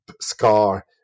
scar